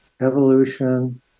evolution